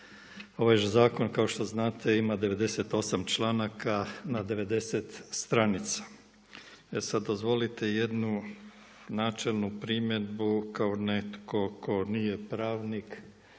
Ovaj zakon kao što znate ima 98 članaka, na 90 stranica. E sad dozvolite jednu načelnu primjedbu kao netko tko nije pravnik